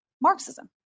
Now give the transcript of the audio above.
Marxism